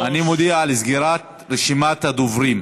אני מודיע על סגירת רשימת הדוברים.